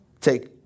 take